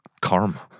Karma